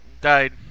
died